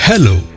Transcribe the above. Hello